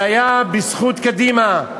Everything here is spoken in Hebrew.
זה היה בזכות קדימה,